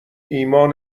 ایمان